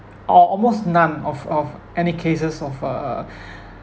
or almost none of of any cases of uh